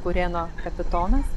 kurėno kapitonas